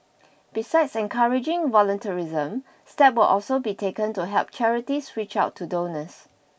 besides encouraging volunteerism steps will also be taken to help charities reach out to donors